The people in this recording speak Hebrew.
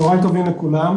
צוהריים טובים לכולם,